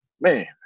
man